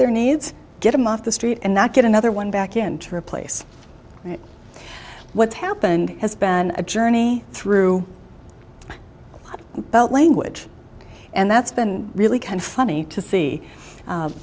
their needs get them off the street and not get another one back into a place that what's happened has been a journey through belt language and that's been really kind of funny to see